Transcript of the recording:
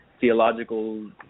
theological